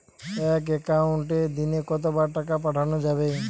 এক একাউন্টে দিনে কতবার টাকা পাঠানো যাবে?